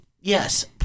Yes